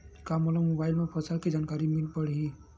का मोला मोबाइल म फसल के जानकारी मिल पढ़ही?